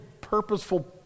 purposeful